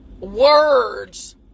words